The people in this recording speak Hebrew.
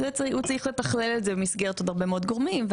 הוא צריך לתכלל את זה במסגרת עוד הרבה מאוד גורמים,